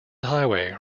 highway